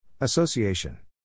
Association